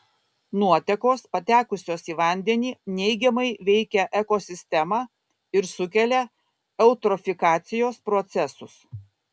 nuotekos patekusios į vandenį neigiamai veikia ekosistemą ir sukelia eutrofikacijos procesus